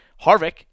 Harvick